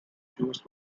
jews